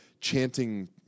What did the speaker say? chanting